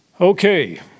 Okay